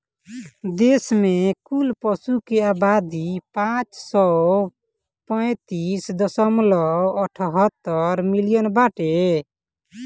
देश में कुल पशु के आबादी पाँच सौ पैंतीस दशमलव अठहत्तर मिलियन बाटे